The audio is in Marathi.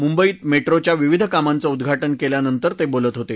मुंबईत मेट्रोच्या विविध कामांचं उद्घाजि केल्यानंतर ते बोलत होते